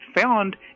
found